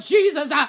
Jesus